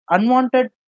Unwanted